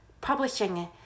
publishing